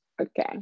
Okay